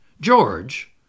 George